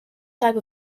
type